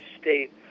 state